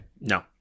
No